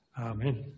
Amen